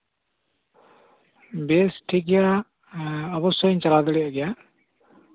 ᱵᱮᱥ ᱴᱷᱤᱠᱜᱮᱭᱟ ᱚᱵᱵᱚᱥᱥᱚᱭᱤᱧ ᱪᱟᱞᱟᱣ ᱫᱟᱲᱮᱭᱟᱜ ᱜᱮᱭᱟ